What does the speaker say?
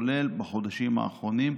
כולל בחודשים האחרונים,